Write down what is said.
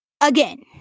Again